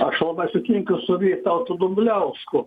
aš labai sutinku su vytautu dumbliausku